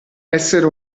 essere